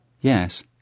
Yes